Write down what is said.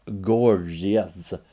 gorgeous